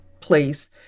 place